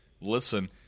listen